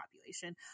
population